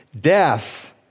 death